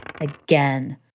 again